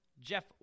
Jeff